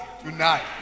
tonight